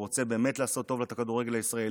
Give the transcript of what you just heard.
הוא באמת רוצה לעשות טוב לכדורגל הישראלי.